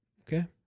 Okay